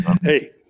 hey